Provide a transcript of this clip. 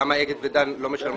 למה אגד ודן לא משלמות?